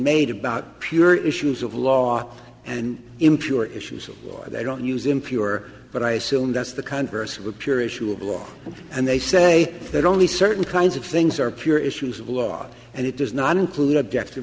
made about pure issues of law and impure issues or they don't use impure but i assume that's the congress were pure issue of law and they say that only certain kinds of things are pure issues of law and it does not include objective